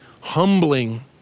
humbling